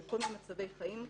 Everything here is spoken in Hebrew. בכל מיני מצבי חיים.